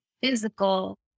physical